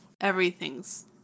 everything's